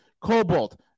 cobalt